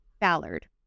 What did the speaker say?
Ballard